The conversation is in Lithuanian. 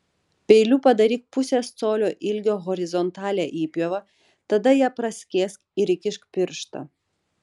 peiliu padaryk pusės colio ilgio horizontalią įpjovą tada ją praskėsk ir įkišk pirštą